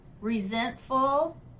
resentful